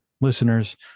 listeners